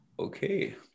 Okay